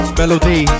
melody